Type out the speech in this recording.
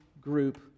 group